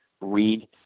read